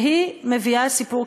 והיא מביאה סיפור,